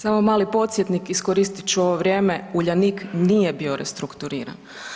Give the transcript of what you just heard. Samo mali podsjetnik, iskoristit ću ovo vrijeme Uljanik nije bio restrukturiran.